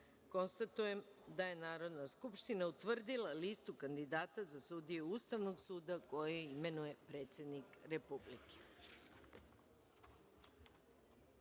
poslanika. Konstatujem da je Narodna skupština utvrdila Listu kandidata za sudije Ustavnog suda koje imenuje predsednik Republike. Sada